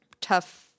tough